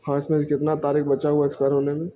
ہاں اس میں سے اس کتنا تاریخ بچا ہوا ایکسپائر ہونے میں